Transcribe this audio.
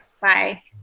Bye